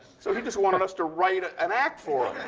so he just wanted us to write an act for